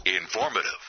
Informative